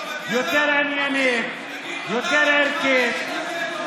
יותר עניינית, יותר ערכית.